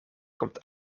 komt